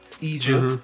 Egypt